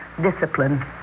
discipline